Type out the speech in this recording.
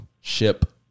ship